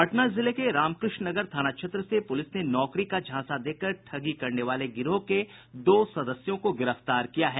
पटना जिले के रामकृष्ण नगर थाना क्षेत्र से पुलिस ने नौकरी का झांसा देकर ठगी करने वाले गिरोह के दो सदस्यों को गिरफ्तार किया है